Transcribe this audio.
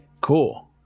cool